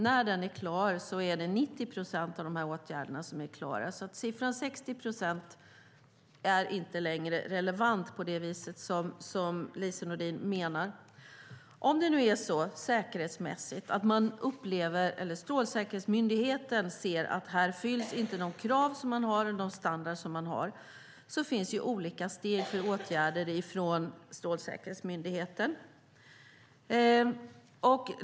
När den är klar är det 90 procent av åtgärderna som är vidtagna. Så siffran 60 procent är inte längre relevant på det vis som Lise Nordin menar. Om Strålsäkerhetsmyndigheten ser att de krav och den standard som man har inte har uppfyllts finns det olika steg för åtgärder från Strålsäkerhetsmyndigheten.